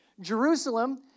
Jerusalem